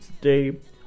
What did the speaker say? today